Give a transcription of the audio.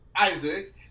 Isaac